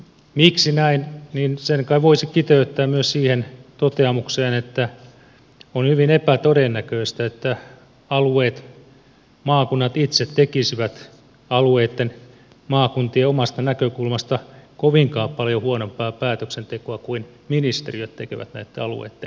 miksi näin niin sen kai voisi kiteyttää myös siihen toteamukseen että on hyvin epätodennäköistä että alueet maakunnat itse tekisivät alueitten maakuntien omasta näkökulmasta kovinkaan paljon huonompaa päätöksentekoa kuin ministeriöt tekevät näitten alueitten näkökulmasta